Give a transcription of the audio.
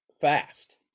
fast